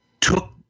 took